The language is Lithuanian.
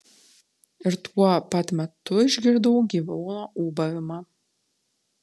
ir tuo pat metu išgirdau gyvūno ūbavimą